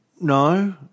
no